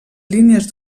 línies